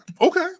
Okay